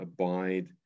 abide